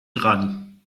dran